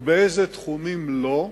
ובאיזה תחומים לא?